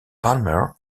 palmer